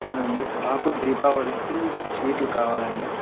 అవునండి మాకు దీపావళికి స్వీట్లు కావాలండి